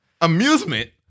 Amusement